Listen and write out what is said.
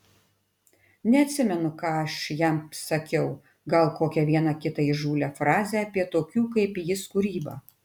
neatsimenu ką aš jam sakiau gal kokią vieną kitą įžūlią frazę apie tokių kaip jis kūrybą